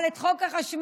אבל את חוק החשמל